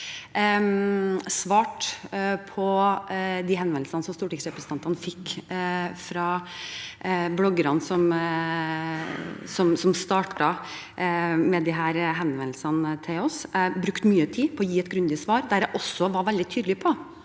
svarte på de henvendelsene som stortingsrepresentantene fikk fra bloggerne som startet med disse henvendelsene til oss. Jeg brukte mye tid på å gi et grundig svar, der jeg også var veldig tydelig på